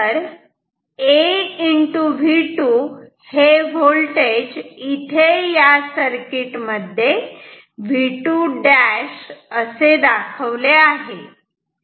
खरेतर aV2 हे voltage इथे या सर्किट मध्ये V2' असे दाखवले आहे